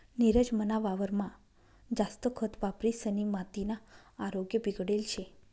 नीरज मना वावरमा जास्त खत वापरिसनी मातीना आरोग्य बिगडेल शे